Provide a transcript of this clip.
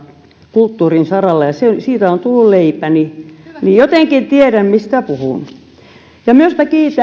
kulttuurin saralla ja siitä on tullut leipäni niin jotenkin tiedän mistä puhun kiitän myös